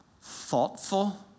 thoughtful